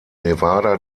nevada